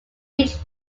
beach